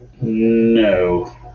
no